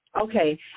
Okay